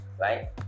right